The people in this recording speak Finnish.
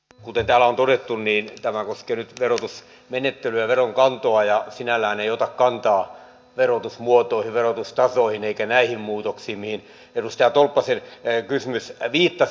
kuten täällä on todettu tämä koskee nyt verotusmenettelyä ja veronkantoa ja sinällään ei ota kantaa verotusmuotoihin verotustasoihin eikä näihin muutoksiin mihin edustaja tolppasen kysymys viittasi